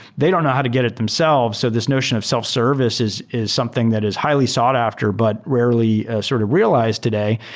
they don't know how to get it themselves. so this notion of self-services is something that is highly sought after, but rarely sort of realized today.